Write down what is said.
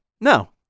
No